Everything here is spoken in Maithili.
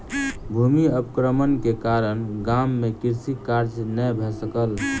भूमि अवक्रमण के कारण गाम मे कृषि कार्य नै भ सकल